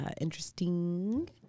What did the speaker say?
interesting